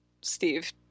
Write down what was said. Steve